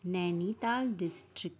Nainital district